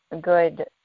good